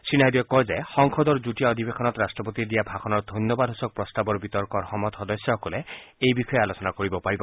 শ্ৰীনাইডুৱে কয় যে সংসদৰ যুটীয়া অধিৱেশনত ৰাট্টপতিয়ে দিয়া ভাষণৰ ধন্যবাদসূচক প্ৰস্তাৱৰ বিতৰ্কৰ সময়ত সদস্যসকলে এই বিষয়ে আলোচনা কৰিব পাৰিব